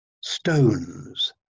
stones